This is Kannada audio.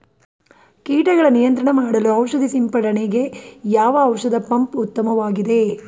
ಕೀಟಗಳ ನಿಯಂತ್ರಣ ಮಾಡಲು ಔಷಧಿ ಸಿಂಪಡಣೆಗೆ ಯಾವ ಔಷಧ ಪಂಪ್ ಉತ್ತಮವಾಗಿದೆ?